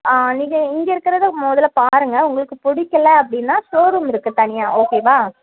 ஆ நீங்கள் இங்கே இருக்கறதை முதல்ல பாருங்கள் உங்களுக்கு பிடிக்கல அப்படின்னா ஷோரூம் இருக்கு தனியாக ஓகேவா